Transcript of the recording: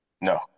no